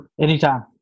anytime